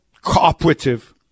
cooperative